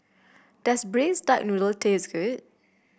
does Braised Duck Noodle taste good